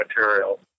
material